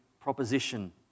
proposition